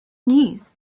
knees